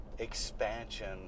Expansion